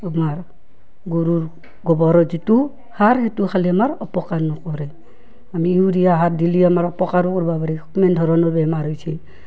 আমাৰ গৰুৰ গোবৰৰ যিটো সাৰ সেইটো খালে আমাৰ অপকাৰ নকৰে আমি ইউৰিয়া সাৰ দিলি আমাৰ অপকাৰো কৰিব পাৰে কিমান ধৰণৰ বেমাৰ হৈছে